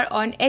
on